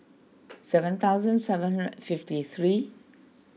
seven thousand seven hundred fifty three